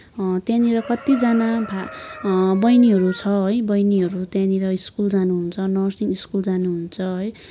त्यहाँनिर कतिजना बहिनीहरू छ है बहिनीहरू त्यहाँनिर स्कुल जानुहुन्छ नर्सिङ स्कुल जानुहुन्छ है